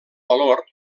valor